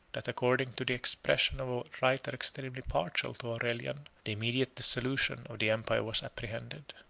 that, according to the expression of a writer extremely partial to aurelian, the immediate dissolution of the empire was apprehended.